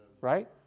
right